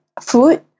food